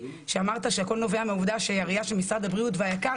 כשאמרת שהכול נובע מהראייה של משרד הבריאות ושל היק"ר,